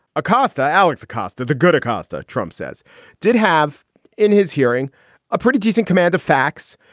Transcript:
acosta alex acosta, the good acosta. trump says did have in his hearing a pretty decent command of facts.